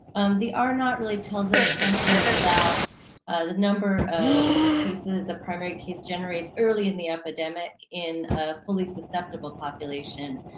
the um r-naught really tells us something about the number of cases a primary case generates early in the epidemic in a fully susceptible population.